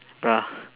bruh